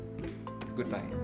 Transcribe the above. Goodbye